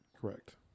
correct